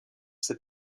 ses